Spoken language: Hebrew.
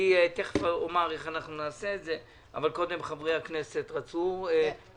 אני תכף אומר איך אנחנו נעשה את זה אבל קודם חברי הכנסת רצו לדבר.